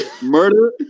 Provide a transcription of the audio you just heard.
Murder